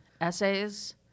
essays